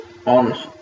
On